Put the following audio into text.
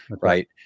right